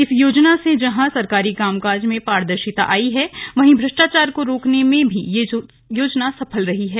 इस योजना से जहां सरकारी कामकाज में पारदर्शिता आई है वहीं भ्रष्टाचार को रोकने में भी यह योजना सफल रही है